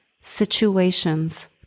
situations